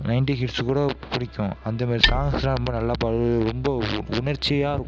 ninety கிட்ஸுக்கு கூட பிடிக்கும் அந்தமாரி சாங்ஸுலாம் ரொம்ப நல்லா பாடி ரொம்ப உ உணர்ச்சியாக இருக்கும்